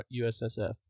USSF